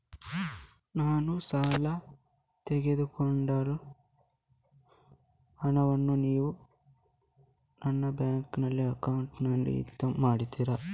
ನಾನು ಸಾಲ ತೆಗೆದುಕೊಂಡ ಹಣವನ್ನು ನೀವು ಡೈರೆಕ್ಟಾಗಿ ನನ್ನ ಬ್ಯಾಂಕ್ ಅಕೌಂಟ್ ಇಂದ ಕಟ್ ಮಾಡ್ತೀರಾ?